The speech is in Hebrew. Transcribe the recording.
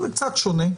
זה קצת שונה.